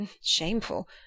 Shameful